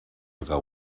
pagar